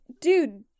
dude